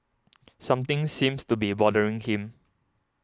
something seems to be bothering him